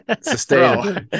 sustainable